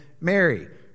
Mary